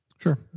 Sure